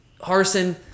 Harson